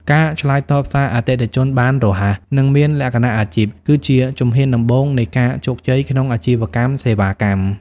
ការឆ្លើយតបសារអតិថិជនបានរហ័ស និងមានលក្ខណៈអាជីព គឺជាជំហានដំបូងនៃការជោគជ័យក្នុងអាជីវកម្មសេវាកម្ម។